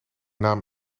naam